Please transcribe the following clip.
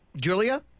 Julia